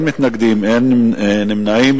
6),